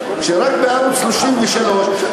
שרק בערוץ 33,